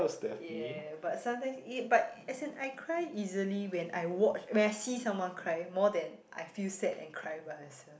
yeah but sometimes it as in I cry easily when I watch when I see someone cry more than I feel sad and cry by myself